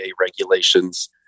regulations